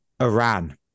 Iran